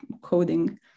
coding